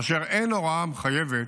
אשר אין הוראה מחייבת